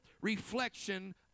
reflection